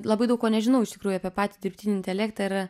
labai daug ko nežinau iš tikrųjų apie patį dirbtinį intelektą ir